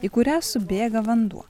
į kurią subėga vanduo